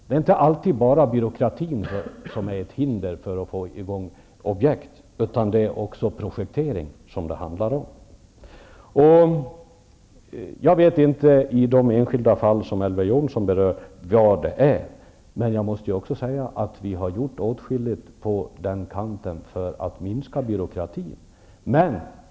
Det är inte alltid bara byråkratin som är ett hinder för att få i gång byggen, utan det handlar mycket om projektering. Jag vet inte vad som är felet i de enskilda fall som Elver Jonsson talar om, men jag måste säga att vi har gjort åtskilligt för att minska byråkratin.